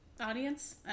audience